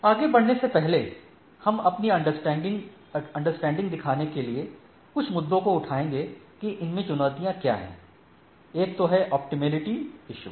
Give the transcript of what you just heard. आगे बढ़ने से पहले हम अपनी अंडरस्टैंडिंग दिखाने के लिए कुछ मुद्दों को उठाएंगे कि इनमें चुनौतियाँ क्या हैं एक तो है ऑप्टिमेलिटी इशु